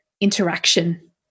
interaction